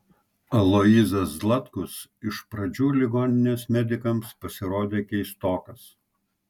aloyzas zlatkus iš pradžių ligoninės medikams pasirodė keistokas